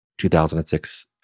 2006